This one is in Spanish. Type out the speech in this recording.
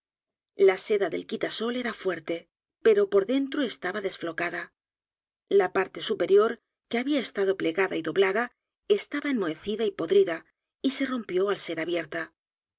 la seda del quitasol era fuerte pro por dentro estaba desflocada la parte superior que había estado plegada y doblada estaba enmohecida y podrida y se rompió al ser abierta